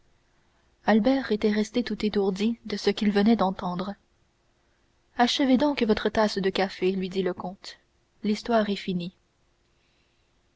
albert était resté tout étourdi de ce qu'il venait d'entendre achevez donc votre tasse de café lui dit le comte l'histoire est finie